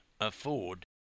afford